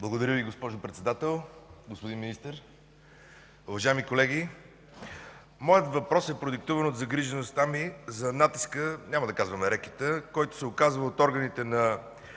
Благодаря Ви, госпожо Председател. Господин Министър, уважаеми колеги! Моят въпрос е продиктуван от загрижеността ми за натиска, няма да казвам „на рекета”, който се оказва от органите на